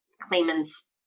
Claimants